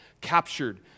captured